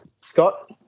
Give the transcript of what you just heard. Scott